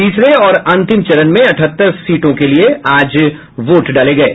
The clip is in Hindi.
तीसरे और अंतिम चरण में अठहत्तर सीट के लिए आज वोट डाले गये